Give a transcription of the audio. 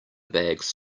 bags